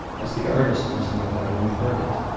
as the artist must know how to impart it.